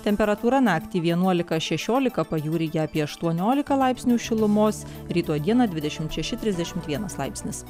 temperatūra naktį vienuolika šešiolika pajūryje apie aštuoniolika laipsnių šilumos rytoj dieną dvidešimt šeši trisdešimt vienas laipsnis